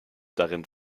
darin